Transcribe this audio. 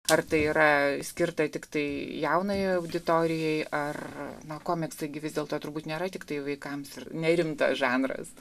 ar tai yra skirta tiktai jaunajai auditorijai ar na komiksai gi vis dėlto turbūt nėra tiktai vaikams ir nerimtas žanras